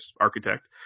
architect